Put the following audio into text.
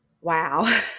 Wow